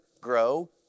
grow